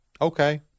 Okay